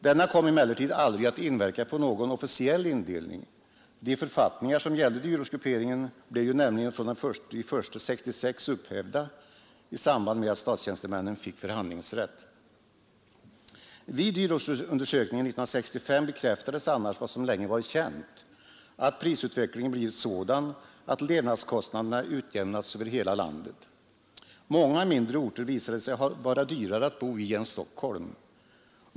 Den kom emellertid aldrig att inverka på någon officiell indelning. De författningar som gällde dyrortsgrupperingen blev nämligen från den 1 januari 1966 upphävda i samband med att statstjänstemännen fick förhandlingsrätt. Vid dyrortsundersökningen 1965 bekräftades annars vad som länge varit känt, nämligen att prisutvecklingen blivit sådan att levnadskostnaderna utjämnats över hela landet. Många mindre orter visade sig vara dyrare att bo i än Stockholm.